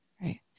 right